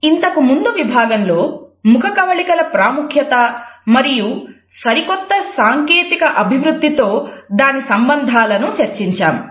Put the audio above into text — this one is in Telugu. ఇంతకుముందు విభాగంలో ముఖకవళికల ప్రాముఖ్యత మరియు సరికొత్త సాంకేతిక అభివృద్ధితో దాని సంబంధాలను చర్చించాము